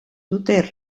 dute